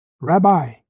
Rabbi